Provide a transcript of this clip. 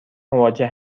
مواجه